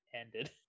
ended